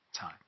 time